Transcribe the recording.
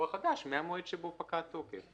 האישור החדש מהמועד בו פקע התוקף.